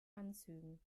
anzügen